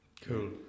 cool